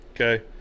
Okay